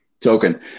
token